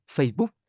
Facebook